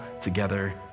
together